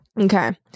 Okay